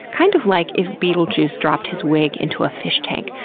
kind of like if beetlejuice dropped his wig into a fish tank,